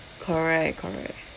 correct correct